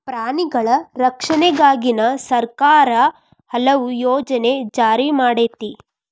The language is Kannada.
ಪ್ರಾಣಿಗಳ ರಕ್ಷಣೆಗಾಗಿನ ಸರ್ಕಾರಾ ಹಲವು ಯೋಜನೆ ಜಾರಿ ಮಾಡೆತಿ